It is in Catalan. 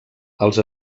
els